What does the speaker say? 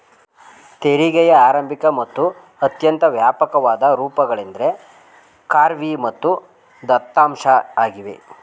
ತೆರಿಗೆಯ ಆರಂಭಿಕ ಮತ್ತು ಅತ್ಯಂತ ವ್ಯಾಪಕವಾದ ರೂಪಗಳೆಂದ್ರೆ ಖಾರ್ವಿ ಮತ್ತು ದತ್ತಾಂಶ ಆಗಿವೆ